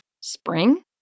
Spring